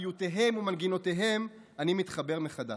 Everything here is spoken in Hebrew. פיוטיהם ומנגינותיהם אני מתחבר מחדש.